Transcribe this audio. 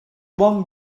one